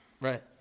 right